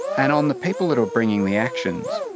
and on the people that are bringing the actions,